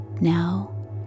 now